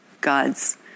God's